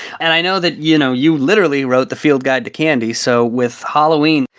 and i know that, you know, you literally wrote the field guide to candy, so with halloween,